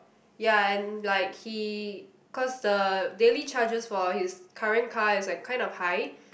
ya and like he cause the daily charges for his current car is like kind of high